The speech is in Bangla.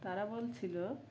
তারা বলছিলো